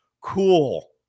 Cool